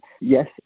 yes